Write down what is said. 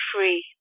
Free